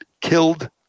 killed